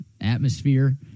atmosphere